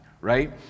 right